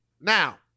Now